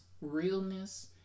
Realness